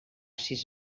sis